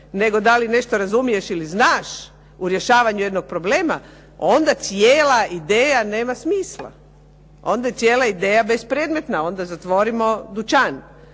nego da li nešto razumiješ ili znaš u rješavanju jednog problema onda cijela ideja nema smisla. Onda je cijela ideja bespredmetna, onda zatvorimo dućan.